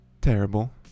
terrible